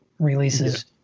releases